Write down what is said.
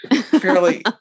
fairly